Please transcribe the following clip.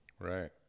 Right